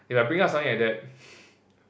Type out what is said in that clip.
if I bring up something like that